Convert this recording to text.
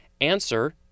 Answer